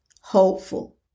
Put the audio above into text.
hopeful